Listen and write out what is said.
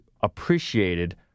appreciated